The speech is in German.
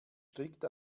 strikt